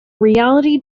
reality